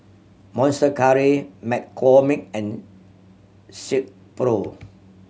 Monster Curry McCormick and Silkpro